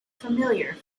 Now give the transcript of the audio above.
familiar